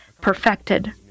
perfected